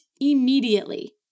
immediately